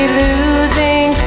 losing